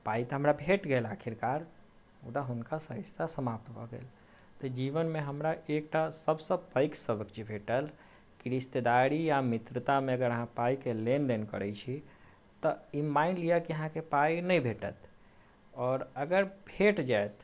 पाइ तऽ हमरा भेट गेल आखिरकार मुदा हुनका सँ रिस्ता समाप्त भऽ गेल तऽ जीबन मे हमरा एकटा सभसँ पैघ सबक जे भेटल कि रिस्तेदारी या मित्रता मे अगर अहाँ पाइ के लेन देन करै छी तऽ ई मानि लिअ कि आहाँके पाइ नहि भेटत आओर अगर भेट जायत